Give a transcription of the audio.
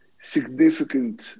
significant